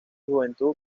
juventud